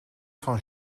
van